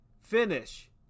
finish